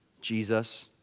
Jesus